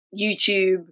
YouTube